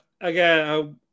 again